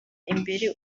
imbere